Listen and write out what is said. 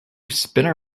spinner